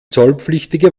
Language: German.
zollpflichtige